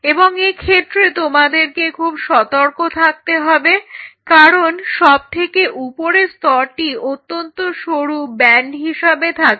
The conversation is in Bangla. এবং এক্ষেত্রে তোমাদেরকে খুব সতর্ক থাকতে হবে কারণ সব থেকে উপরের স্তরটি অত্যন্ত সরু ব্যান্ড হিসেবে থাকে